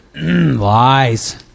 lies